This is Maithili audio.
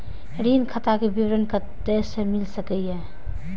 ऋण खाता के विवरण कते से मिल सकै ये?